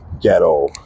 ghetto